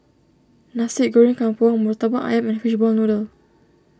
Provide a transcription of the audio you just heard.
Nasi Goreng Kampung Murtabak Ayam and Fishball Noodle